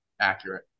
accurate